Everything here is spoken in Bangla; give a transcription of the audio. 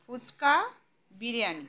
ফুচকা বিরিয়ানি